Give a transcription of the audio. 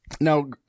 Now